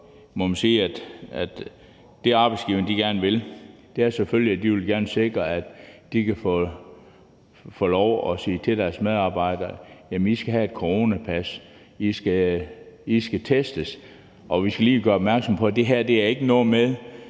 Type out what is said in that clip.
Derfor er det, arbejdsgiverne gerne vil, selvfølgelig, at de gerne vil sikre, at de kan få lov til at sige til deres medarbejdere: I skal have et coronapas; I skal testes. Og vi skal lige gøre opmærksom på, at det her ikke er